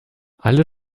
alle